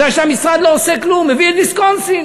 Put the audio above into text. והמשרד לא עושה כלום, מביא את ויסקונסין.